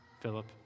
Philip